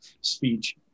speech